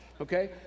Okay